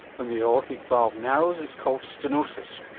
when the aortic valve narrows it's called stenosis,